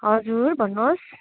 हजुर भन्नुहोस्